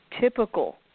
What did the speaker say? typical